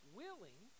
willing